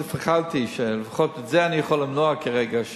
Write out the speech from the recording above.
לפחות את זה אני יכול למנוע כרגע,